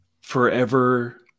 forever